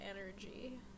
energy